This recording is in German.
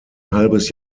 halbes